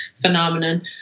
phenomenon